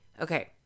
Okay